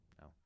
No